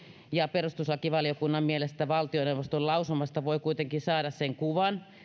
perustuslakivaliokunnan mielestä valtioneuvoston lausumasta voi kuitenkin saada sen kuvan